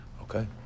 okay